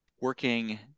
working